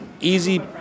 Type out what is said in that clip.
easy